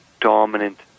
dominant